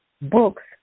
books